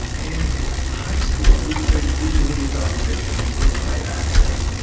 and high school i would say didn't meet its obligation to provide access.